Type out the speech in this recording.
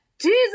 Jesus